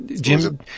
Jim